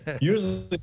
Usually